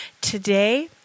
Today